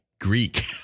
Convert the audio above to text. Greek